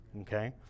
Okay